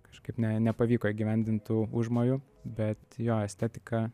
kažkaip ne nepavyko įgyvendint tų užmojų bet jo estetika